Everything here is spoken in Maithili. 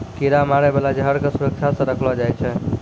कीरा मारै बाला जहर क सुरक्षा सँ रखलो जाय छै